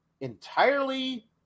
entirely